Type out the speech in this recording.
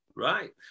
Right